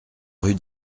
rue